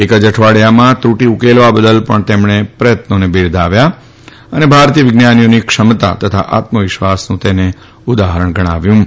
એક જ અઠવાડિયામાં તૃટી ઉકેલવા બદલ પણ તેમણે પ્રથત્નોને બિરદાવ્યા હતા અને તેને ભારતીય વિજ્ઞાનીઓની ક્ષમતા અને આત્મવિશ્વાસનું ઉદાહરણ ગણાવ્યું હતું